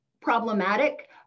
problematic